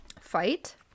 fight